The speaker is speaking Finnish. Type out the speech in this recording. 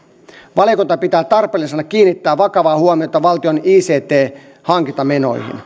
valiokunta pitää tarpeellisena kiinnittää vakavaa huomiota valtion ict hankintamenoihin